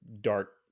dark